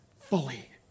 fully